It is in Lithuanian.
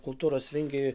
kultūros vingiai